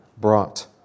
brought